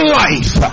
life